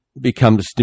becomes